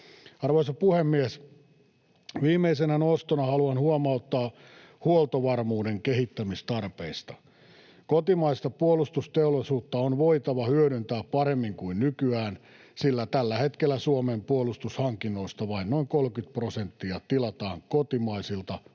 Arvoisa puhemies! Viimeisenä nostona haluan huomauttaa huoltovarmuuden kehittämistarpeista. Kotimaista puolustusteollisuutta on voitava hyödyntää paremmin kuin nykyään, sillä tällä hetkellä Suomen puolustushankinnoista vain noin 30 prosenttia tilataan kotimaisilta puolustusteollisuuden